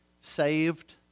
Saved